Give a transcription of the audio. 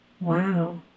Wow